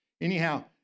Anyhow